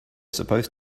supposed